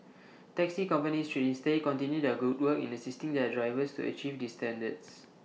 taxi companies should instead continue their good work in assisting their drivers to achieve these standards